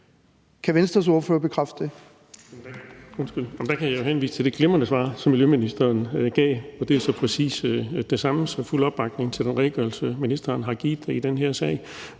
Kan Venstres ordfører bekræfte det?